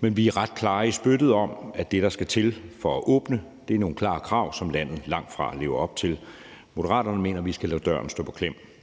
Men vi er ret klare i spyttet om, at det, der skal til for at åbne den, er opfyldelsen af nogle klare krav, som landet langtfra lever op til. Moderaterne mener, at vi skal lade døren stå på klem.